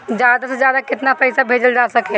ज्यादा से ज्यादा केताना पैसा भेजल जा सकल जाला?